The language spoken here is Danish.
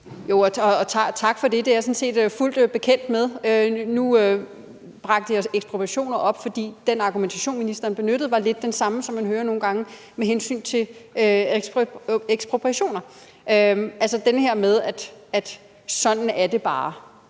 (NB): Tak for det. Det er jeg sådan set fuldt ud bekendt med. Nu bragte jeg ekspropriationer op, fordi den argumentation, ministeren benyttede, var lidt den samme, som man nogle gange hører med hensyn til ekspropriationer, altså den her med, at sådan er det